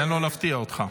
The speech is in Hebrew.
תן לו להפתיע אותך.